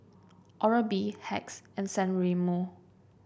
Oral B Hacks and San Remo